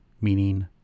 meaning